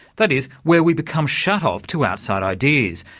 that is, where we become shut off to outside ideas,